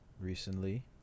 recently